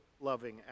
loving